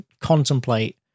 contemplate